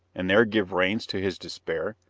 and there give reins to his despair?